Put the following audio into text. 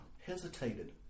hesitated